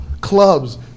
clubs